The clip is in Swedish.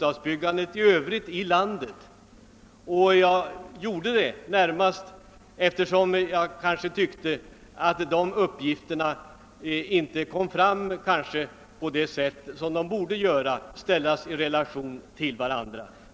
Jag gjorde det och ställde siffrorna i relation till varandra närmast därför att jag tyckte att förhållandet inte har kommit fram på det sätt det borde göra.